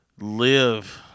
live